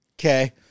Okay